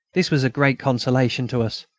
this was a great consolation to us,